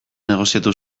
negoziatu